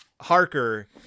Harker